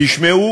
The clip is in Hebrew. תשמעו